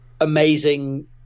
amazing